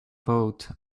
vote